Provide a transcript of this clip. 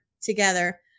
together